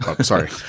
Sorry